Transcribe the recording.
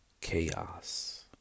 Chaos